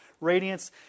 radiance